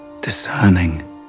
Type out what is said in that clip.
discerning